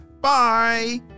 Bye